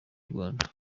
rwanda